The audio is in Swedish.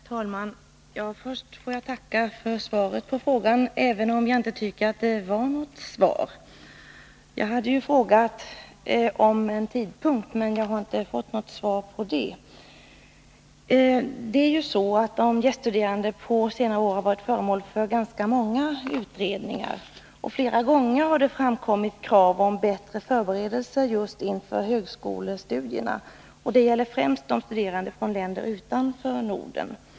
Herr talman! Först får jag tacka för svaret på frågan, även om jag inte tycker att det var något riktigt svar. Jag hade ju frågat om en tidpunkt, men jag har inte fått något svar på det. De gäststuderande har på senare år varit föremål för ganska många utredningar. Flera gånger har det framkommit krav på bättre förberedelser just inför högskolestudierna. Det gäller främst för studerande från länder utanför Norden.